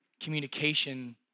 communication